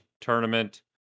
tournament